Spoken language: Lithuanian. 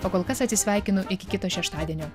o kol kas atsisveikinu iki kito šeštadienio